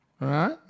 right